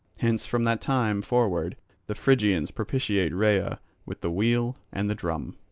hence from that time forward the phrygians propitiate rhea with the wheel and the drum.